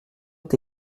est